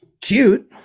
cute